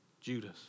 Judas